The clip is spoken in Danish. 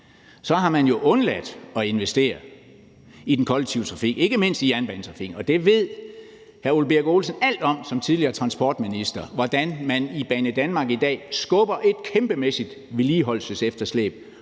så har man jo undladt at investere i den kollektive trafik, ikke mindst i jernbanetrafikken. Det ved hr. Ole Birk Olesen alt om som tidligere transportminister, altså hvordan man i Banedanmark i dag skubber et kæmpemæssigt vedligeholdelsesefterslæb